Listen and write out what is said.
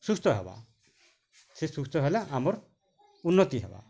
ସୁସ୍ଥ ହେବା ସେ ସୁସ୍ଥ ହେଲେ ଆମର୍ ଉନ୍ନତି ହେବା